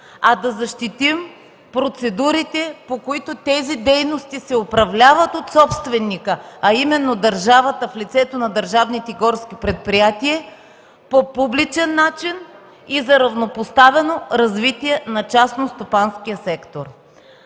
а да защитим процедурите, по които тези дейности се управляват от собственика, а именно държавата в лицето на държавните горски предприятия, по публичен начин и за равнопоставено развитие на частно-стопанския сектор.